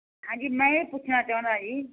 ਹਾਂਜੀ ਮੈਂ ਇਹ ਪੁੱਛਣਾ ਚਾਹੁੰਦਾ ਜੀ